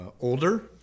older